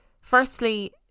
firstly